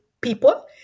people